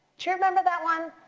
do you remember that one?